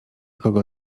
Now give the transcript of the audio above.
kogo